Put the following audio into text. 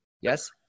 Yes